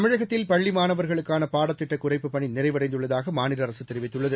தமிழகத்தில் பள்ளி மாணவர்களுக்கான பாடத்திட்ட குறைப்புப் பணி நிறைவடைந்துள்ளதாக மாநில அரசு தெரிவித்துள்ளது